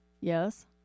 Yes